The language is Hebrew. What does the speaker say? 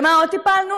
במה עוד טיפלנו?